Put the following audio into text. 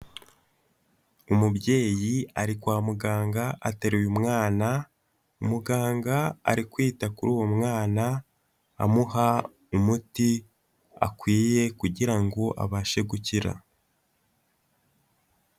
Umubyeyi ari kwa muganga ateruye umwana, umuganga ari kwita kuri uwo mwana amuha umuti akwiye kugira ngo abashe gukira.